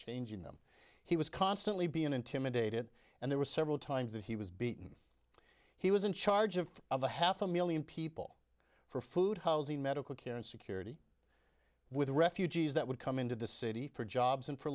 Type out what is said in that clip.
changing them he was constantly being intimidated and there were several times that he was beaten he was in charge of of a half a million people for food housing medical care and security with refugees that would come into the city for jobs and for